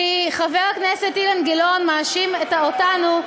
כי חבר הכנסת אילן גילאון מאשים אותנו,